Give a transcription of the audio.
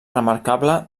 remarcable